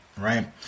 Right